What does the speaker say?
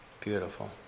Beautiful